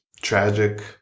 tragic